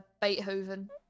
Beethoven